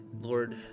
Lord